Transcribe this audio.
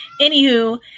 Anywho